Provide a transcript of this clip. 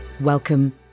Welcome